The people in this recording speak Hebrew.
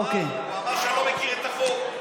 הוא אמר שאני לא מכיר את החוק.